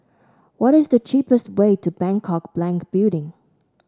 what is the cheapest way to Bangkok Bank Building